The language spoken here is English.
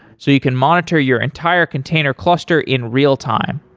so you can monitor your entire container cluster in real-time.